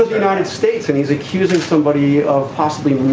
united states, and he's accusing somebody of possibly